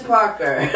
Parker